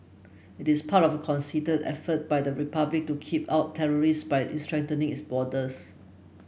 it is part of a consider effort by the republic to keep out terrorists by strengthening its borders